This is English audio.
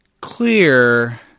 clear